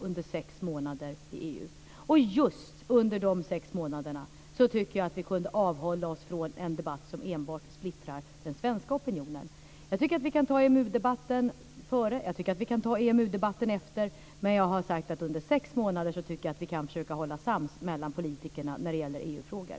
Just under dessa sex månader tycker jag att vi kunde avhålla oss från en debatt som enbart splittrar den svenska opinionen. Vi kan driva EMU-debatten före och efter ordförandeskapstiden, men jag har sagt att jag tycker att vi under sex månader kan försöka hålla sams mellan politikerna när det gäller EU-frågor.